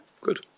good